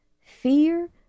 Fear